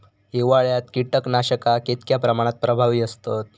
हिवाळ्यात कीटकनाशका कीतक्या प्रमाणात प्रभावी असतत?